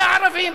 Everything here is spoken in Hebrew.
זה הערבים,